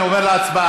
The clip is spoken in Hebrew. אני עובר להצבעה.